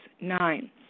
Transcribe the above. Nine